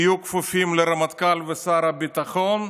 יהיו כפופים לרמטכ"ל ושר הביטחון,